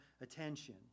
attention